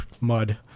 mud